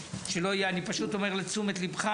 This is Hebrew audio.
אני אומר לתשומת ליבך,